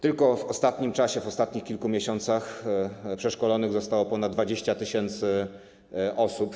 Tylko w ostatnim czasie, w ostatnich kilku miesiącach przeszkolonych zostało ponad 20 tys. osób.